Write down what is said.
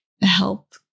help